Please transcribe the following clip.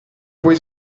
vuoi